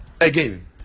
Again